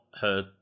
heard